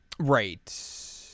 Right